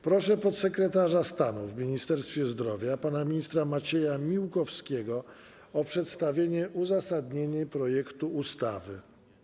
Proszę podsekretarza stanu w Ministerstwie Zdrowia pana ministra Macieja Miłkowskiego o przedstawienie uzasadnienia projektu ustawy.